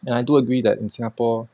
and I do agree that in singapore